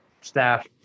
staff